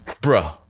Bro